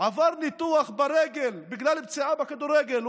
עבר ניתוח ברגל בגלל פציעה בכדורגל.